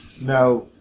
Now